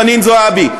חנין זועבי,